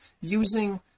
using